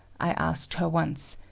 i asked her once,